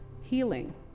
healing